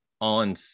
on